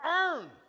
earn